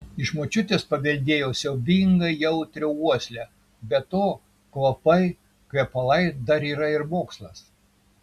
iš močiutės paveldėjau siaubingai jautrią uoslę be to kvapai kvepalai dar yra ir mokslas